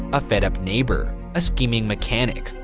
a fed-up neighbor, a scheming mechanic,